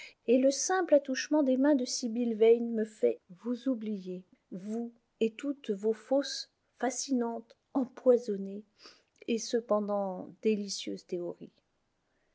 et le simple attouchement des mains de sibyl vane me fait vous oublier vous et toutes vos fausses fascinantes empoisonnées et cependant délicieuses théories